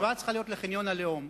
ההשוואה צריכה להיות לחניון הלאום.